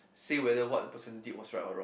say whether what a person did was right or wrong